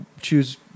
choose